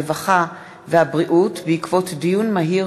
הרווחה והבריאות בעקבות דיון מהיר